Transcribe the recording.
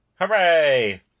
Hooray